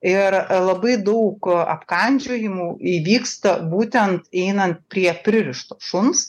ir labai daug apkandžiojimų įvyksta būtent einant prie pririšto šuns